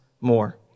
more